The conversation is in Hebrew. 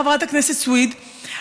חברת הכנסת סויד,